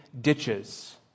ditches